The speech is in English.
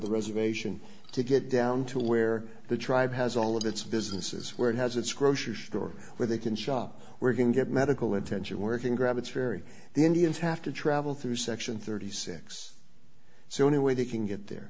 the reservation to get down to where the tribe has all of its businesses where it has its grocery store where they can shop we're going to get medical attention working grab it's very the indians have to travel through section thirty six so any way they can get there